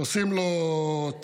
עושים לו תרגיל,